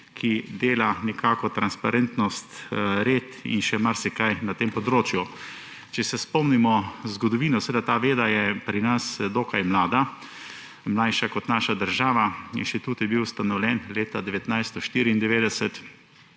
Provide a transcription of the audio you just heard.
ki dela nekako transparentnost, red in še marsikaj na tem področju. Če se spomnimo zgodovine, seveda ta veda je pri nas dokaj mlada, mlajša kot naša država. Inštitut je bil ustanovljen leta 1994